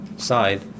side